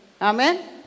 Amen